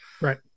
right